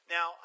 Now